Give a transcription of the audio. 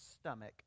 stomach